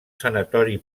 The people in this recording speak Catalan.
sanatori